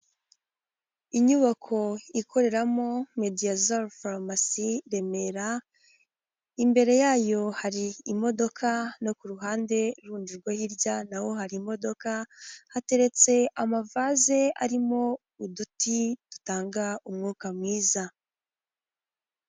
Inyubako ikoreramo mediyazari forumasi remera imbere yayo hari imodoka no ku ruhande rundi rwo hirya naho hari imodoka hateretse amavase arimo uduti dutanga umwuka mwiza.